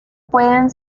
pueden